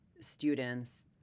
students